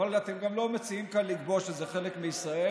אבל אתם גם לא מציעים כאן לקבוע שזה חלק מישראל.